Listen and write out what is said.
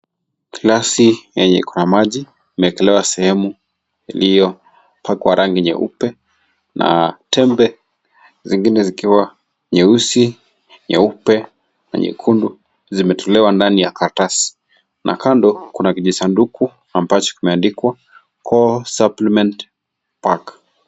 Glasi yenye iko na maji imewekelewa sehemu iliyopakwa rangi nyeupe, na tembe zingine zikiwa nyeusi, nyeupe na nyekundu zimetolewa ndani ya karatasi. Na kando kuna kijisanduku, ambacho kimeandikwa Core Suppliment Pack .